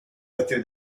through